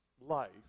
life